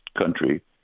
country